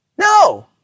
No